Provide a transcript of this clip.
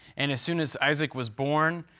and as soon as isaac was born,